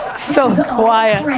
so quiet,